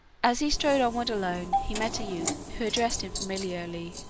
as he strode onward alone, he met a youth who addressed him familiarly,